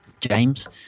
James